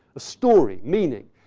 story, meaning.